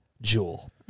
Jewel